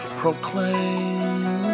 proclaim